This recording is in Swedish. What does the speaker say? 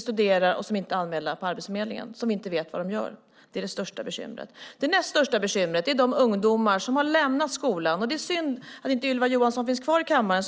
studerar eller är anmälda på Arbetsförmedlingen och som vi inte vet vad de gör. Det är det största bekymret. Det näst största bekymret är de ungdomar som har lämnat skolan. Det är synd att Ylva Johansson inte är kvar i kammaren.